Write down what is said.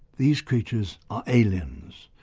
these creatures are aliens.